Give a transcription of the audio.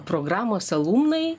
programos alumnai